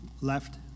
left